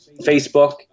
Facebook